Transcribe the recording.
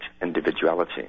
individuality